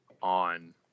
on